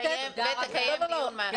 ותקיים דיון מעקב.